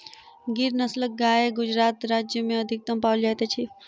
गिर नस्लक गाय गुजरात राज्य में अधिकतम पाओल जाइत अछि